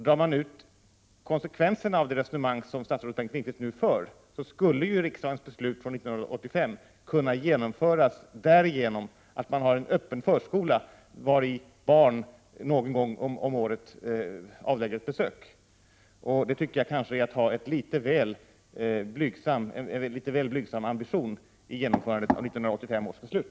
Drar man ut konsekvensen av det resonemang som statsrådet Bengt Lindqvist nu för, skulle riksdagens beslut från 1985 kunna genomföras genom att man har en öppen förskola vari barn någon gång om året avlägger ett besök. Det tycker jag är att ha en litet väl blygsam ambition vid genomförandet av 1985 års beslut.